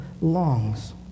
longs